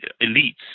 elites